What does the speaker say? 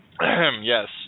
Yes